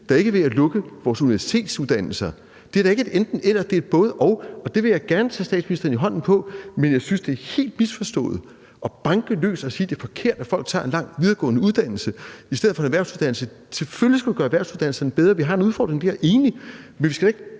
da ikke ved at lukke vores universitetsuddannelser. Det er da ikke et enten-eller. Det er både-og. Og det vil jeg gerne tage statsministerens hånd i forhold til, men jeg synes, at det er helt misforstået at banke løs og sige, at det er forkert, at folk tager en lang videregående uddannelse i stedet for en erhvervsuddannelse. Selvfølgelig skal vi gøre erhvervsuddannelserne bedre. Vi har en udfordring der. Det er jeg enig i. Men vi skal da ikke